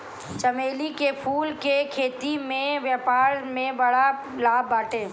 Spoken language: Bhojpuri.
चमेली के फूल के खेती से व्यापार में बड़ा लाभ बाटे